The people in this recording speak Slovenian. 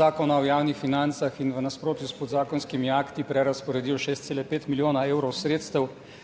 Zakona o javnih financah in v nasprotju s podzakonskimi akti prerazporedili 6,5 milijona evrov sredstev